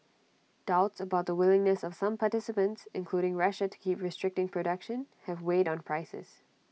doubts about the willingness of some participants including Russia to keep restricting production have weighed on prices